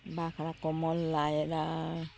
बाख्राको मल लगाएर